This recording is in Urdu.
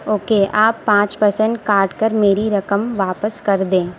اوکے آپ پانچ پرسنٹ کاٹ کر میری رقم واپس کردیں